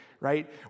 right